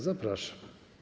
Zapraszam.